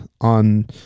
On